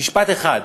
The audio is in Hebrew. משפט אחד: